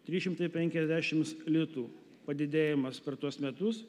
trys šimtai penkiasdešims litų padidėjimas per tuos metus